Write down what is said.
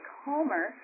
calmer